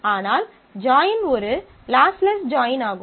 ஆனால் ஜாயின் ஒரு lossless join ஆகும்